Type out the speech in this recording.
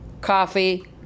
coffee